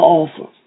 offer